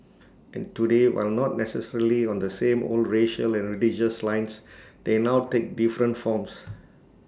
and today while not necessarily on the same old racial and religious lines they now take different forms